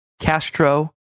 Castro